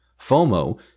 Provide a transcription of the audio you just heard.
FOMO